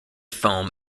foam